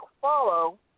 follow